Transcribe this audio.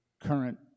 current